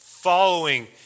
following